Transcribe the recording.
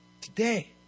today